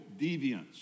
deviance